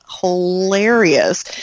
hilarious